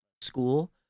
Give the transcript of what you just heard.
school